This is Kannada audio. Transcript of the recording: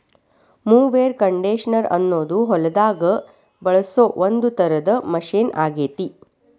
ಮೊವೆರ್ ಕಂಡೇಷನರ್ ಅನ್ನೋದು ಹೊಲದಾಗ ಬಳಸೋ ಒಂದ್ ತರದ ಮಷೇನ್ ಆಗೇತಿ